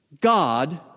God